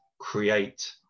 create